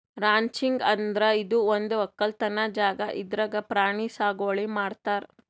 ranching ಅಂದ್ರ ಇದು ಒಂದ್ ವಕ್ಕಲತನ್ ಜಾಗಾ ಇದ್ರಾಗ್ ಪ್ರಾಣಿ ಸಾಗುವಳಿ ಮಾಡ್ತಾರ್